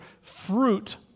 fruit